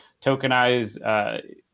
tokenize